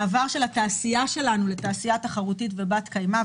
מעבר של התעשייה שלנו לתעשייה תחרותית ובת קיימא,